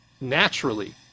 naturally